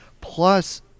Plus